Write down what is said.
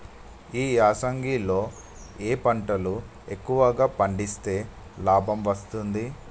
ఈ యాసంగి లో ఏ పంటలు ఎక్కువగా పండిస్తే లాభం వస్తుంది?